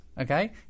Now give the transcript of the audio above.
Okay